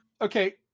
okay